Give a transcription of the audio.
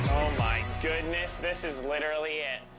my goodness. this is literally it.